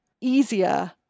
easier